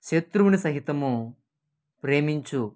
శత్రువుని సహితము ప్రేమించు